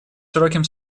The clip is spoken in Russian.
широким